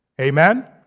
Amen